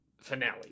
finale